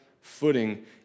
footing